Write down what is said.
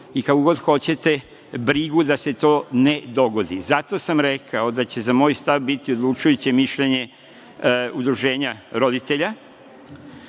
i kako god hoćete brigu da se to ne dogodi. Zato sam rekao da će za moj stav biti odlučujuće mišljenje udruženja roditelja.